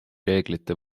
reeglite